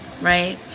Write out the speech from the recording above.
right